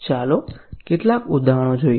ચાલો કેટલાક ઉદાહરણો જોઈએ